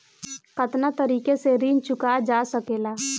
कातना तरीके से ऋण चुका जा सेकला?